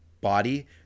body